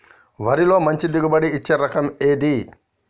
వరిలో మంచి దిగుబడి ఇచ్చే రకం ఏది?